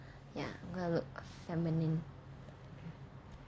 ya I'm going to look feminine